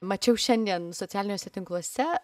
mačiau šiandien socialiniuose tinkluose